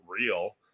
real